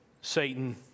Satan